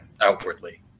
outwardly